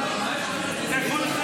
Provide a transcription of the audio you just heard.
מסיתן,